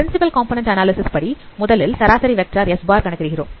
principal component analysis படி முதலில் சராசரி வெக்டார் S bar கணக்கிடுகிறோம்